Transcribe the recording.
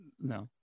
no